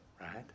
Right